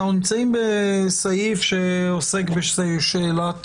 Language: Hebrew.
אנחנו נמצאים בסעיף שעוסק בשאלת